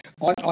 on